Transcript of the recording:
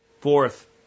Fourth